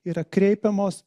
yra kreipiamos